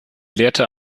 lehrte